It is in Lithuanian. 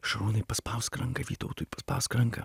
šarūnui paspausk ranką vytautui paspausk ranką